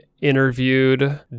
interviewed